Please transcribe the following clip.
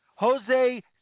Jose